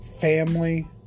family